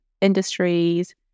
industries